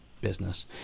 business